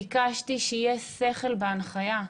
ביקשתי שיהיה שכל בהנחיה,